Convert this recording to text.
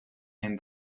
and